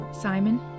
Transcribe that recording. Simon